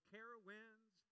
Carowinds